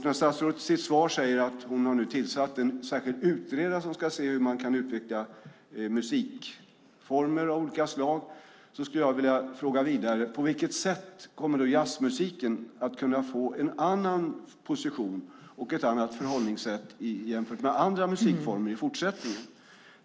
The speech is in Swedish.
När statsrådet i sitt svar säger att hon nu har tillsatt en särskild utredare som ska se hur man kan utveckla musikformer av olika slag skulle jag vilja fråga vidare: På vilket sätt kommer då jazzmusiken att kunna få en annan position och ett annat förhållningssätt jämfört med andra musikformer i fortsättningen?